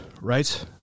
right